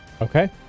Okay